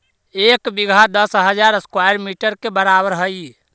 एक बीघा दस हजार स्क्वायर मीटर के बराबर हई